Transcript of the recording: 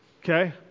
Okay